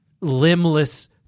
limbless